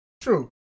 True